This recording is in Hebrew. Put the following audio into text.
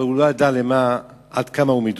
אבל הוא לא ידע עד כמה מדויק,